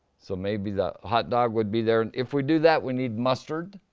so maybe the hot dog would be there. and if we do that, we need mustard.